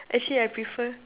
actually I prefer